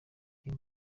uyu